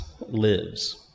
lives